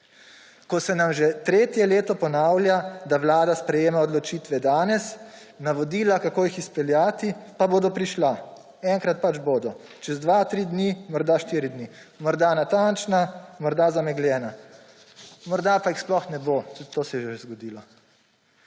Ko se nam že tretje leto ponavlja, da Vlada sprejema odločitve danes, navodila, kako jih izpeljati, pa bodo prišla. Enkrat pač bodo, čez dva, tri dni, morda štiri dni. Morda natančna, morda zamegljena. Morda pa jih sploh ne bo, tudi to se je že zgodilo.